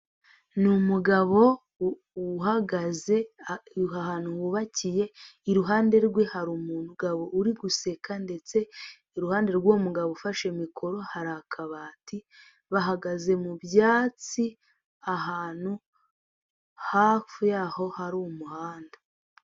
Ni umugabo uhagaze ahantu hubakiye, iruhande rwe hari umugabo uri guseka ndetse iruhande rw'uwo mugabo ufashe mikoro hari akabati bahagaze mu byatsi ahantu hafi yaho hari umuhanda.